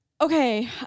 Okay